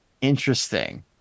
Interesting